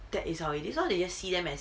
that is how is this lor you just see them as